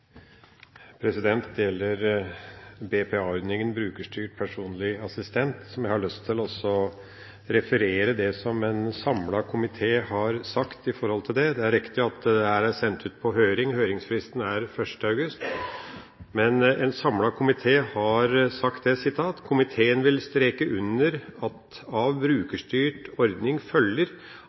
Det gjelder BPA-ordningen – brukerstyrt personlig assistent – og jeg har lyst til å referere det som en samlet komité har sagt om det. Det er riktig at dette er sendt ut på høring, og høringsfristen er 1. august. En samlet komité har sagt: «Komiteen vil streka under at av brukarstyrt ordning